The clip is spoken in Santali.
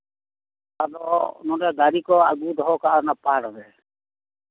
ᱟᱫᱚ ᱫᱟᱲᱤ ᱠᱚ ᱟᱹᱜᱩᱫᱚᱦᱚ ᱠᱟᱜᱼᱟ ᱚᱠᱟ ᱚᱱᱟ ᱯᱟᱲᱨᱮ